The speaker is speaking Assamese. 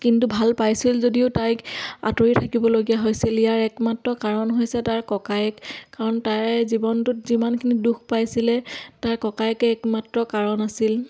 কিন্তু ভাল পাইছিল যদিও তাইক আঁতৰি থাকিবলগীয়া হৈছিল ইয়াৰ একমাত্ৰ কাৰণ হৈছে তাৰ ককায়েক কাৰণ তাই জীৱনটোত যিমানখিনি দুখ পাইছিলে তাইৰ ককায়েকে একমাত্ৰ কাৰণ আছিল